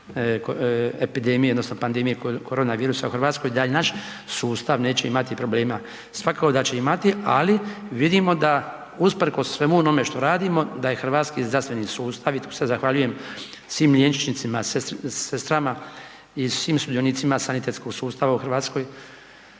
epidemije odnosno pandemije korona virusa u Hrvatskoj, da i naš sustav neće imat problema, svakako da će imati ali vidimo da usprkos svemu onome što radimo da je hrvatski zdravstveni sustav i tu se zahvaljujem svim liječnicima, sestrama i svim sudionicima sanitetskog sustava u Hrvatskoj